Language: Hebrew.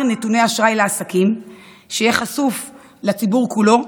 נתוני אשראי לעסקים שיהיה חשוף לציבור כולו,